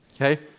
Okay